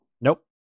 Nope